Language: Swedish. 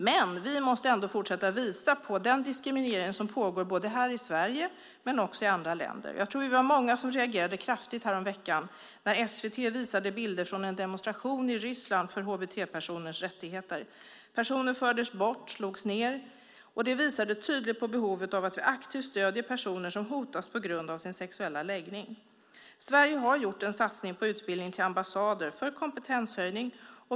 Men vi måste ändå fortsätta att visa på den diskriminering som pågår både här i Sverige och i andra länder. Jag tror att vi var många som reagerade kraftigt häromveckan när SVT visade bilder från en demonstration i Ryssland för hbt-personers rättigheter. Personer fördes bort och slogs ned. Det visade tydligt på behovet av att vi aktivt stöder personer som hotas på grund av sin sexuella läggning. Sverige har gjort en satsning på utbildning till personal på ambassader som kompetenshöjning.